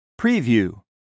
Preview